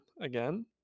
again